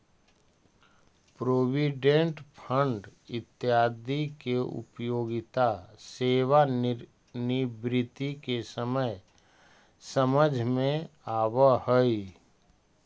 provident fund इत्यादि के उपयोगिता सेवानिवृत्ति के समय समझ में आवऽ हई